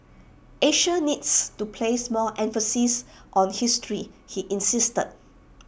Asia needs to place more emphasis on history he insisted